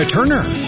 Turner